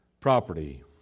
property